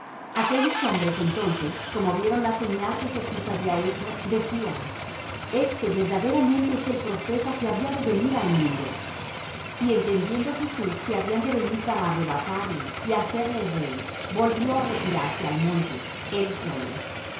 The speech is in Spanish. aquellos hombres entonces como vieron la señal que jesús había hecho decían este verdaderamente es el profeta que había de venir al mundo y entendiendo jesús que habían de venir para arrebatarle y hacerle rey volvió á retirarse al monte él solo